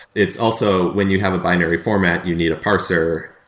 it's also when you have a binary format, you need a parser.